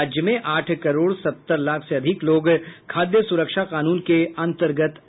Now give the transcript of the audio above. राज्य में आठ करोड़ सत्तर लाख से अधिक लोग खाद्य सुरक्षा कानून के अंतर्गत आते हैं